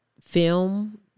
film